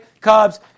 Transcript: Cubs